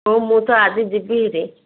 ହଉ ମୁଁ ତ ଆଜି ଯିବି ହେରି